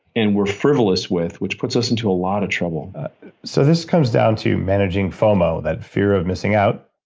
and we're frivolous with which puts us into a lot of trouble so this comes down to managing fomo, that fear of missing out,